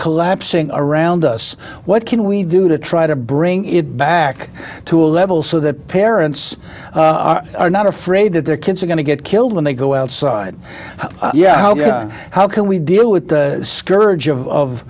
collapsing around us what can we do to try to bring it back to a level so that parents are not afraid that their kids are going to get killed when they go outside yeah how can we deal with the scourge of